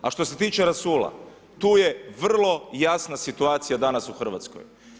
A što se tiče rasula, tu je vrlo jasna situacija danas u Hrvatskoj.